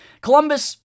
Columbus